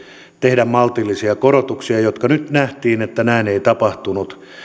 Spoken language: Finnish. tehdä maltillisia korotuksia nyt nähtiin että näin ei tapahtunut